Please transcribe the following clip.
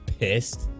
pissed